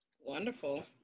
Wonderful